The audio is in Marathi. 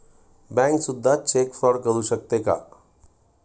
बँक सुद्धा चेक फ्रॉड करू शकते का?